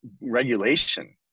regulation